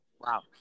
Wow